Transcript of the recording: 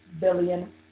billion